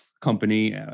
company